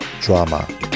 drama